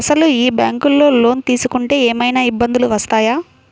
అసలు ఈ బ్యాంక్లో లోన్ తీసుకుంటే ఏమయినా ఇబ్బందులు వస్తాయా?